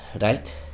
right